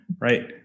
right